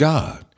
God